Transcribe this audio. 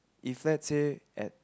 if let's say at